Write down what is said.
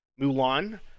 Mulan